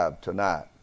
tonight